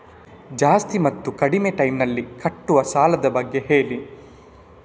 ಜಾಸ್ತಿ ಮತ್ತು ಕಡಿಮೆ ಟೈಮ್ ನಲ್ಲಿ ಕಟ್ಟುವ ಸಾಲದ ಬಗ್ಗೆ ಹೇಳಿ